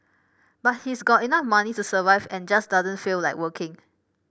but he's got enough money to survive and just doesn't feel like working